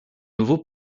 nouveau